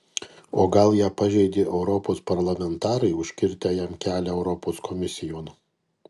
o gal ją pažeidė europos parlamentarai užkirtę jam kelią europos komisijon